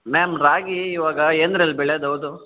ma'am ರಾಗಿ ಇವಾಗ ಏನ್ದ್ರಲ್ಲಿ ಬೆಳೆಯೋದು ಹೌದು